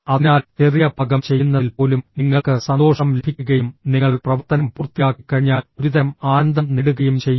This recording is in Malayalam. അതിനാൽ ചെറിയ ഭാഗം ചെയ്യുന്നതിൽ പോലും നിങ്ങൾക്ക് സന്തോഷം ലഭിക്കുകയും നിങ്ങൾ പ്രവർത്തനം പൂർത്തിയാക്കിക്കഴിഞ്ഞാൽ ഒരുതരം ആനന്ദം നേടുകയും ചെയ്യുന്നു